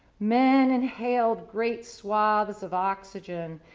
men inhaled great swathes of oxygen,